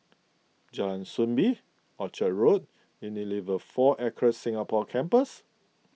Jalan Soo Bee Orchard Road and Unilever four Acres Singapore Campus